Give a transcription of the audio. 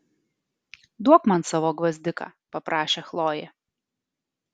duok man savo gvazdiką paprašė chlojė